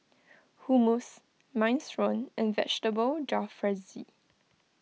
Hummus Minestrone and Vegetable Jalfrezi